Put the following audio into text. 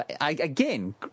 Again